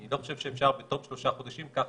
אני לא חושב שאפשר תוך שלושה חודשים כך